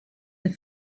the